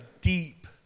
deep